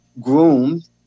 groomed